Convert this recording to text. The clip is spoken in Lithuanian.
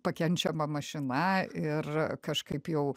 pakenčiamą mašina ir kažkaip jau